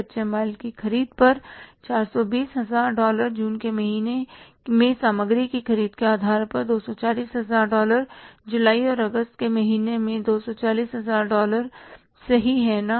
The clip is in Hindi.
कच्चे माल की खरीद पर 420 हजार डॉलर जून के महीने में सामग्री की खरीद के आधार पर 240 हजार डॉलर जुलाई और अगस्त के महीने में 240 हजार डॉलर सही है ना